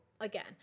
Again